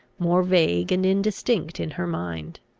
more vague and indistinct in her mind.